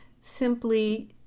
simply